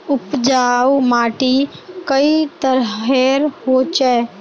उपजाऊ माटी कई तरहेर होचए?